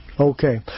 Okay